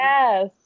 Yes